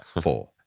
four